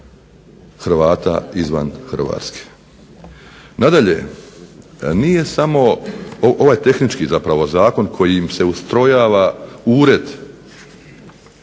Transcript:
Hrvata izvan Hrvatske. Nadalje, nije samo ovaj tehnički zapravo zakon kojim se ustrojava ured, više